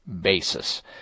basis